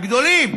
הגדולים,